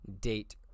date